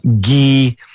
ghee